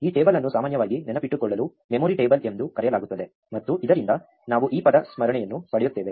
ಈ ಟೇಬಲ್ ಅನ್ನು ಸಾಮಾನ್ಯವಾಗಿ ನೆನಪಿಟ್ಟುಕೊಳ್ಳಲು ಮೆಮೊರಿ ಟೇಬಲ್ ಎಂದು ಕರೆಯಲಾಗುತ್ತದೆ ಮತ್ತು ಇದರಿಂದ ನಾವು ಈ ಪದ ಸ್ಮರಣೆಯನ್ನು ಪಡೆಯುತ್ತೇವೆ